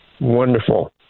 Wonderful